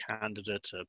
candidate